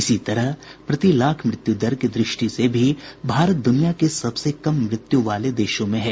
इसी तरह प्रति लाख मृत्यु दर की दृष्टि से भी भारत दुनिया के सबसे कम मृत्यू वाले देशों में है